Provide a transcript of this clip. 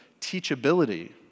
teachability